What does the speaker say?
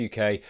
UK